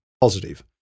positive